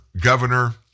governor